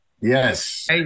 yes